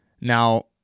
Now